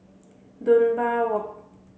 Dunbar Walk